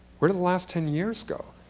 where did the last ten years go?